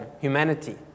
humanity